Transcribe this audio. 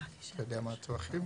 אתה יודע מה הטווחים?